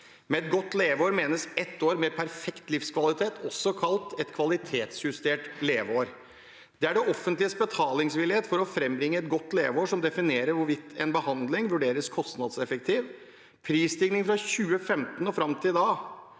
Med et godt leveår menes ett år med perfekt livskvalitet, også kalt et kvalitetsjustert leveår. Det er det offentliges betalingsvillighet for å frambringe et godt leveår som definerer hvorvidt en behandling vurderes kostnadseffektiv. Prisstigningen fra 2015 og fram til i dag